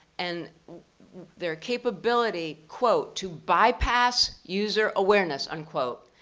and their capability, quote, to bypass user awareness, unquote,